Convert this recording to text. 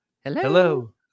hello